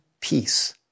peace